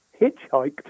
hitchhiked